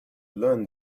learn